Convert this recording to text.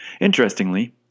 Interestingly